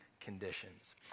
conditions